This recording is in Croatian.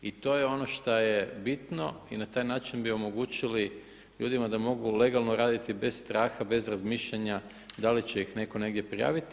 I to je ono šta je bitno i na taj način bi omogućili ljudima da mogu legalno raditi bez straha, bez razmišljanja da li će ih netko negdje prijaviti.